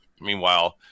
Meanwhile